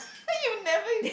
you never